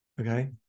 Okay